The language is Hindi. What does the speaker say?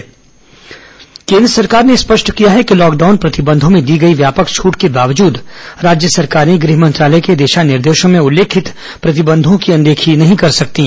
कोरोना केन्द्र निर्देश केन्द्र सरकार ने स्पष्ट किया है कि लॉकडाउन प्रतिबंधों में दी गई व्यापक छूट के बावजूद राज्य सरकारें गृह मंत्रालय के दिशा निर्देशों में उल्लेखित प्रतिबंधों की अनदेखी नहीं कर सकतीं